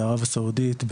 בערב הסעודית,